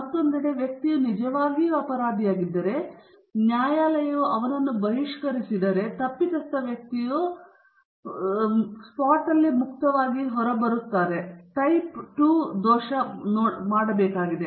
ಮತ್ತೊಂದೆಡೆ ವ್ಯಕ್ತಿಯು ನಿಜವಾಗಿಯೂ ಅಪರಾಧಿಯಾಗಿದ್ದರೆ ನ್ಯಾಯಾಲಯವು ಅವನನ್ನು ಬಹಿಷ್ಕರಿಸಿದರೆ ತಪ್ಪಿತಸ್ಥ ವ್ಯಕ್ತಿಯು ಸ್ಕಾಟ್ ಮುಕ್ತವಾಗಿ ಹೊರಬರುತ್ತಾನೆ ಮತ್ತು ಟೈಪ್ II ದೋಷವನ್ನು ಮಾಡಬೇಕಾಗಿದೆ